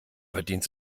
verdient